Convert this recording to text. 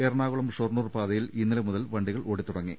എറണാ കുളം ഷൊർണൂർ പാതയിൽ ഇന്നലെ മുതൽ വണ്ടികൾ ഓടിത്തു ടങ്ങി